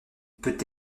peut